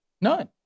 None